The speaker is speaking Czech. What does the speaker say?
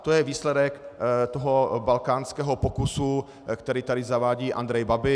To je výsledek toho balkánského pokusu, který tady zavádí Andrej Babiš.